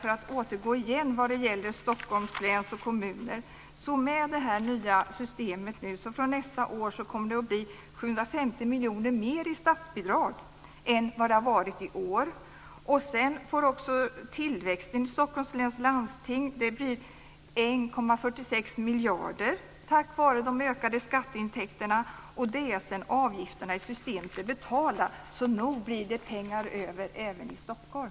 För att återgå igen till Stockholms län och kommuner måste jag till sist säga: Med det nya systemet kommer det att från nästa år bli 750 miljoner mer i statsbidrag än i år. Tillväxten i Stockholms läns landsting motsvarar 1,46 miljarder, tack vare de ökade skatteintäkterna. Och detta är sedan avgifterna i systemet är betalda - så nog blir det pengar över även i Stockholm!